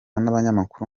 n’abanyamakuru